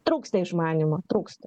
trūksta išmanymo trūksta